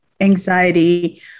anxiety